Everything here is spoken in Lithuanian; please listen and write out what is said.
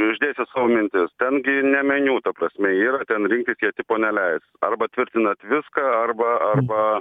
išdėstė savo mintis ten gi ne meniu ta prasme yra ten rinktis jie tipo neleis arba tvirtinat viską arba arba